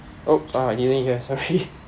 oh uh delay here sorry